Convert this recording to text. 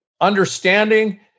Understanding